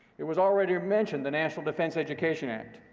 it was already mentioned the national defense education act.